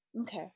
Okay